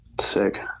sick